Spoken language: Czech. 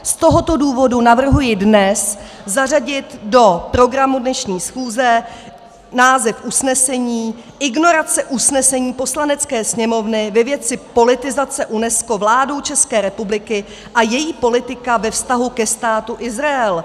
Z tohoto důvodu navrhuji dnes zařadit do programu dnešní schůze název usnesení Ignorace usnesení Poslanecké sněmovny ve věci politizace UNESCO vládou České republiky a její politika ve vztahu ke Státu Izrael.